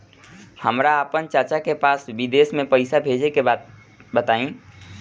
हमरा आपन चाचा के पास विदेश में पइसा भेजे के बा बताई